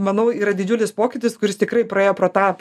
manau yra didžiulis pokytis kuris tikrai praėjo pro tą